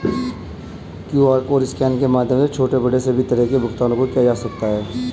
QR scan के माध्यम से छोटे बड़े सभी तरह के भुगतान को किया जा सकता है